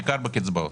בעיקר בקצבאות.